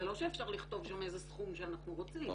זה לא שאפשר לכתוב שם איזה סכום שאנחנו רוצים.